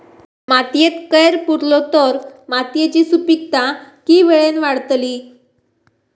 मातयेत कैर पुरलो तर मातयेची सुपीकता की वेळेन वाडतली?